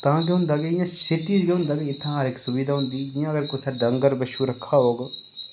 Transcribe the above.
तां केह् होंदा कि इयां सिटी च केह् होंदा कि इत्थै इक सुविधा होंदी जियां अगर कुसै डंगर बच्छू रक्खा होग